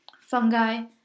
fungi